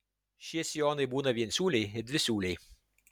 šie sijonai būna viensiūliai ir dvisiūliai